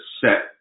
set